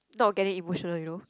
not getting emotional you know